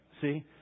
See